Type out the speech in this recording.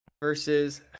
versus